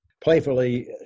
playfully